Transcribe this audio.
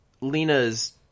Lena's